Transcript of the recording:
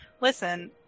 Listen